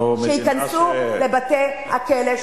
שייכנסו לבתי-הכלא,